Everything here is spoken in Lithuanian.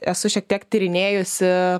esu šiek tiek tyrinėjusi